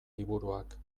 liburuak